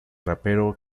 rapero